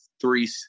three